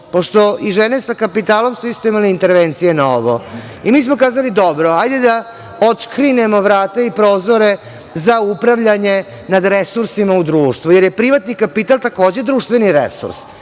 pošto i žene sa kapitalom su isto imale intervencije na ovo i mi smo kazali – dobro, hajde da otškrinemo vrata i prozore za upravljanje nad resursima u društvu, jer je privatni kapital takođe društveni resurs,